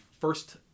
first